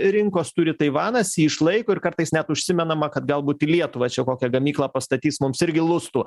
rinkos turi taivanas jį išlaiko ir kartais net užsimenama kad galbūt į lietuvą čia kokią gamyklą pastatys mums irgi lustų